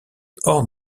hors